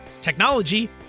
technology